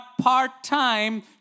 part-time